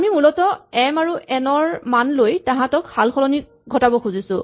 আমি মূলতঃ এম আৰু এন ৰ মান লৈ তাহঁতক সালসলনি ঘটাব খুজিছো